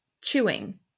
chewing